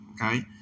Okay